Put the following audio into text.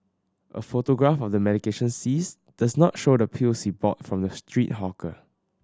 a photograph of the medication seized does not show the pills he bought from the street hawker